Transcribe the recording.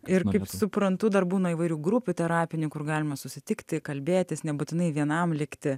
ir suprantu dar būna įvairių grupių terapinių kur galima susitikti kalbėtis nebūtinai vienam likti